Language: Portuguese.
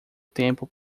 tempo